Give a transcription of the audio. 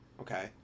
okay